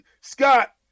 Scott